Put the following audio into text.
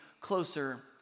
closer